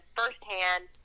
firsthand